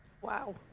Wow